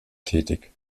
tätig